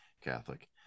Catholic